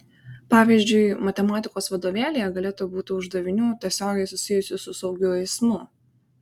pavyzdžiui matematikos vadovėlyje galėtų būti uždavinių tiesiogiai susijusių su saugiu eismu